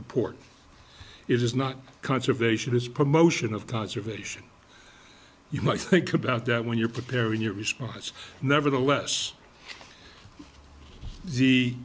it is not conservation is promotion of conservation you might think about that when you're preparing your response nevertheless the